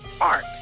art